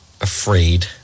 Afraid